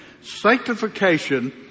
Sanctification